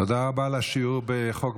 תודה רבה על השיעור בחוק,